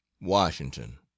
washington